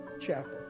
chapel